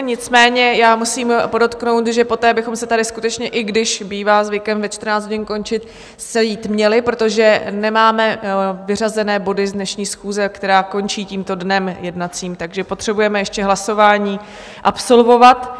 Nicméně musím podotknout, že poté bychom se tady skutečně, i když bývá zvykem ve 14 hodin končit, sejít měli, protože nemáme vyřazené body z dnešní schůze, která končí tímto jednacím dnem, takže potřebujeme ještě hlasování absolvovat.